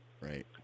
Right